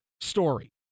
story